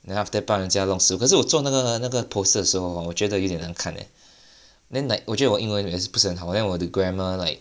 then after that 帮人家弄食物可是我做那个那个 poster 的时候 hor 我觉得有一点难看 leh then like 我觉得我英文也是不是很好 then 我的 grammar like